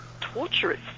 torturous